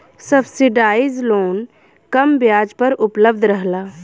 subsidise loan कम ब्याज पर उपलब्ध रहला